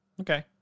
Okay